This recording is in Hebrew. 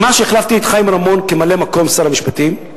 בזמן שהחלפתי את חיים רמון כממלא-מקום שר המשפטים,